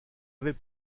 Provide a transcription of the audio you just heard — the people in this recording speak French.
avait